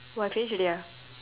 !wah! finish already ah